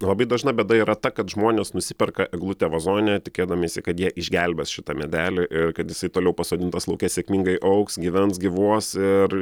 labai dažna bėda yra ta kad žmonės nusiperka eglutę vazone tikėdamiesi kad jie išgelbės šitą medelį ir kad jisai toliau pasodintas lauke sėkmingai augs gyvens gyvuos ir